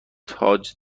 تاج